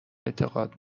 اعتقاد